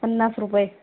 पन्नास रुपये